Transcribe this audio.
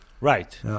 Right